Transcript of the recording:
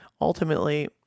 Ultimately